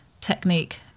technique